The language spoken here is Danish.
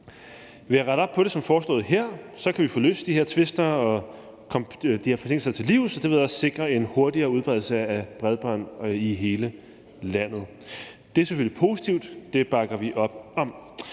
Ved at rette op på det som foreslået her kan vi få løst de her tvister og komme de her forsinkelser til livs, og det vil også sikre en hurtigere udbredelse af bredbånd i hele landet. Det er selvfølgelig positivt, det bakker vi op om.